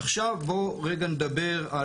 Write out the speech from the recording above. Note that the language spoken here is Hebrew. עכשיו בוא רגע נדבר,